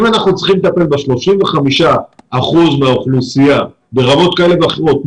אם אנחנו צריכים לטפל ב-35 אחוזים מהאוכלוסייה ברמות כאלה ואחרות,